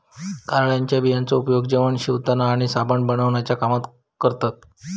कारळ्याच्या बियांचो उपयोग जेवण शिवताना आणि साबण बनवण्याच्या कामात करतत